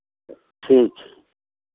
ठीक है